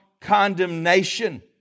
condemnation